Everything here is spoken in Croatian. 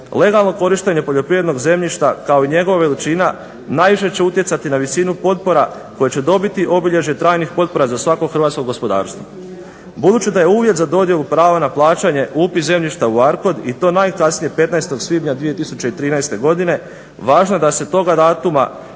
Legalno korištenje poljoprivrednog zemljišta kao i njegova veličina najviše će utjecati na visinu potpora koje će dobiti obilježje trajnih potpora za svako hrvatsko gospodarstvo. Budući da je uvjet za dodjelu prava na plaćanje upis zemljišta u ARKOD i to najkasnije 15. svibnja 2013. godine, važno je da se toga datuma